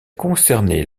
concernait